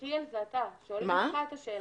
שנשמע.